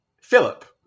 philip